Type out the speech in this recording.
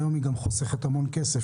והיום היא גם חוסכת המון כסף.